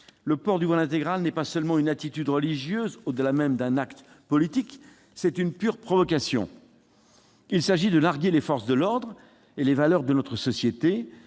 Le port du voile intégral n'est pas seulement une attitude religieuse. Au-delà même d'un acte politique, c'est une pure provocation. Il s'agit de narguer les forces de l'ordre et les valeurs de notre société.